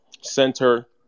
Center